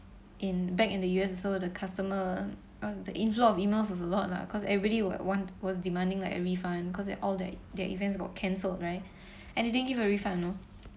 in back in the U_S also the customer wo~ the inflow of emails was a lot lah cause everybody will want was demanding like a refund because all thei~ their events got cancelled right and they didn't give a refund you know